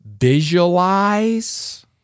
visualize